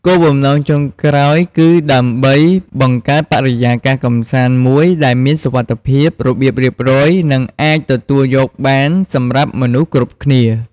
គោលបំណងចុងក្រោយគឺដើម្បីបង្កើតបរិយាកាសកម្សាន្តមួយដែលមានសុវត្ថិភាព របៀបរៀបរយ និងអាចទទួលយកបានសម្រាប់មនុស្សគ្រប់គ្នា។